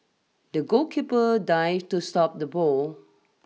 the goalkeeper dived to stop the ball